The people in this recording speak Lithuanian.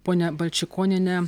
ponia balčikoniene